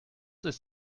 ist